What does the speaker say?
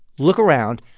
look around.